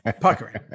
puckering